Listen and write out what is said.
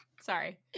Sorry